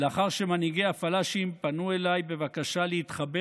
לאחר שמנהיגי הפלאשים פנו אליי בבקשה להתחבר